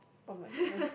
oh-my-goodness